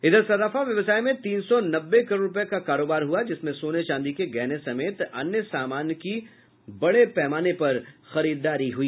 उधर सर्राफा व्यवसाय में तीन सौ नब्बे करोड़ रूपये का कारोबार हुआ जिसमें सोने चांदी के गहने समेत अन्य सामान की बड़े पैमाने पर खरीददारी हुई